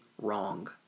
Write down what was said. wrong